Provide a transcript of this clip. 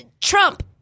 Trump